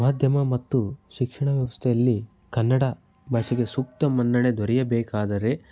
ಮಾಧ್ಯಮ ಮತ್ತು ಶಿಕ್ಷಣ ವ್ಯವಸ್ಥೆಯಲ್ಲಿ ಕನ್ನಡ ಭಾಷೆಗೆ ಸೂಕ್ತ ಮನ್ನಣೆ ದೊರೆಯಬೇಕಾದರೆ